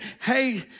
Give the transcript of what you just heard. hey